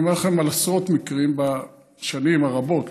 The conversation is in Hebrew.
אני אומר לכם על עשרות מקרים בשנים הרבות,